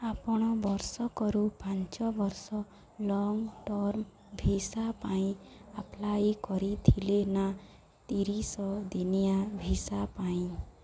ଆପଣ ବର୍ଷକରୁ ପାଞ୍ଚ ବର୍ଷ ଲଙ୍ଗ୍ ଟର୍ମ ଭିସା ପାଇଁ ଆପ୍ଲାଏ କରିଥିଲେ ନା ତିରିଶ ଦିନିଆ ଭିସା ପାଇଁ